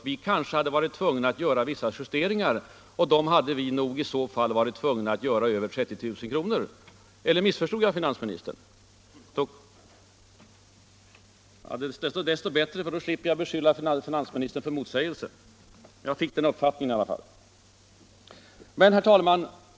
Man kanske hade varit tvungen att göra vissa justeringar, och dem hade man tvingats göra över 30 000-kronors gränsen. Eller missförstod jag finansministern? Desto bättre. Då slipper jag beskylla finansministern för motsägelser. Herr talman!